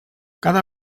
cada